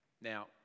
Now